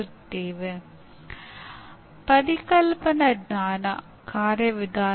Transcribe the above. ಅವುಗಳು ಕಲಿಕೆ ಅಂದಾಜುವಿಕೆ ಮತ್ತು ಸೂಚನೆಗಳು